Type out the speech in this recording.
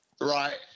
right